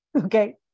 okay